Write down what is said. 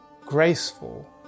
graceful